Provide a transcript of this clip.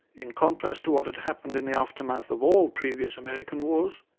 in contrast to what had happened in the aftermath of all previous american wars,